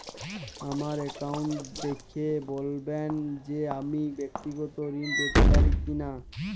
আমার অ্যাকাউন্ট দেখে বলবেন যে আমি ব্যাক্তিগত ঋণ পেতে পারি কি না?